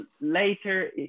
later